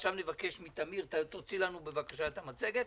ועכשיו נבקש מטמיר: תוציא לנו בבקשה אתה מצגת.